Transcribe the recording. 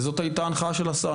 וזאת הייתה ההנחיה של השר.